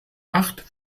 acht